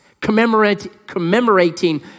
commemorating